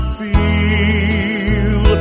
feel